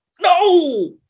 no